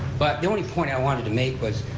but the only point i wanted to make was,